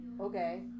okay